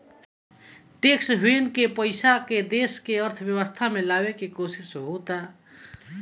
tax haven के पइसा के देश के अर्थव्यवस्था में ले आवे के कोशिस होता